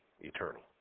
eternal